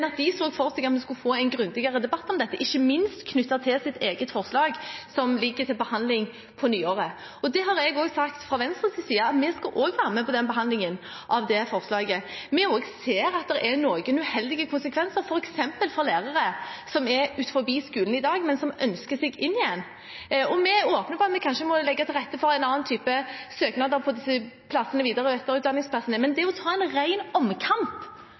at de så for seg at vi skulle få en grundigere debatt om dette, ikke minst knyttet til deres eget forslag, som ligger til behandling på nyåret. Jeg har også sagt, fra Venstres side, at vi skal være med på behandlingen av det forslaget. Vi ser også at det er noen uheldige konsekvenser, f.eks. for lærere som er utenfor skolen i dag, men som ønsker seg inn igjen. Vi er åpne for at vi kanskje må legge til rette for en annen type søknader på disse videre- og etterutdanningsplassene, men det å ta en ren omkamp